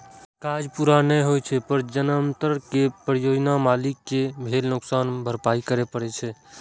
काज पूरा नै होइ पर जमानतदार कें परियोजना मालिक कें भेल नुकसानक भरपाइ करय पड़ै छै